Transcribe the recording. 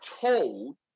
told